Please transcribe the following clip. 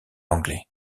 anglais